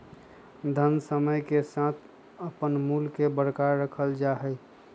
धन समय के साथ अपन मूल्य के बरकरार रखल जा हई